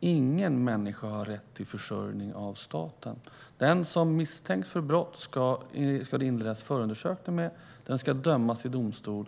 Ingen människa har rätt till försörjning av staten. Den som misstänks för brott ska det inledas förundersökning mot. Den ska dömas i domstol.